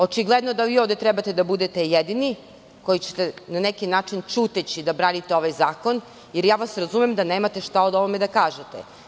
Očigledno je da vi ovde treba da budete jedini koji ćete na neki način ćuteći da branite ovaj zakon jer ja vas razumem da nemate šta o ovome da kažete.